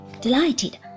delighted